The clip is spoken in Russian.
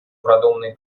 продуманной